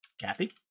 Kathy